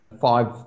five